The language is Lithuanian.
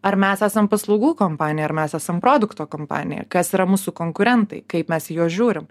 ar mes esam paslaugų kompanija ar mes esam produkto kompanija kas yra mūsų konkurentai kaip mes į juos žiūrim